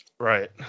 Right